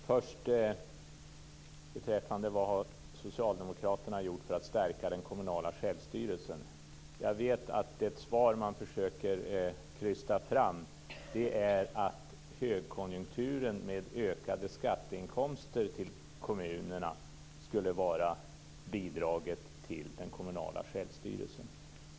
Herr talman! Vad har socialdemokraterna gjort för att stärka den kommunala självstyrelsen? Jag vet att det svar man försöker krysta fram är att högkonjunkturen med ökade skatteinkomster till kommunerna skulle vara bidraget till den kommunala självstyrelsen.